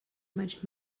much